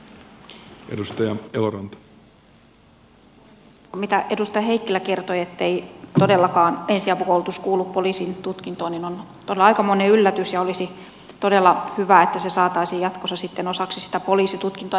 tuo mitä edustaja heikkilä kertoi ettei todellakaan ensiapukoulutus kuulu poliisin tutkintoon on todella aikamoinen yllätys ja olisi todella hyvä että se saataisiin jatkossa sitten osaksi sitä poliisitutkintoa